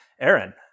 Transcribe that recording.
Aaron